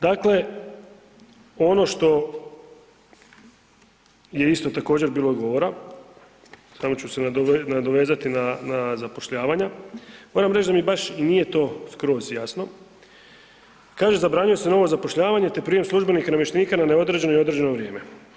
Dakle, ono što je isto također bilo govora, samo ću se nadovezati na zapošljavanja, moram reći da mi baš i nije to skroz jasno, kaže zabranjuje se novo zapošljavanje te prijem službenika i namještenika na neodređeno i određeno vrijeme.